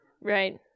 Right